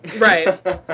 Right